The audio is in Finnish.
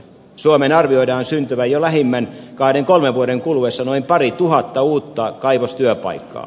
suomeen arvioidaan syntyvän jo lähimmän kahden kolmen vuoden kuluessa noin parituhatta uutta kaivostyöpaikkaa